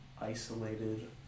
isolated